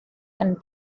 and